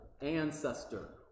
ancestor